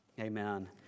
Amen